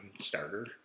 starter